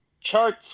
charts